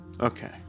Okay